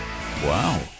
Wow